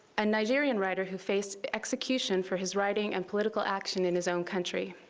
a nigerian writer who faced execution for his writing and political action in his own country.